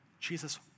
Jesus